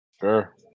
Sure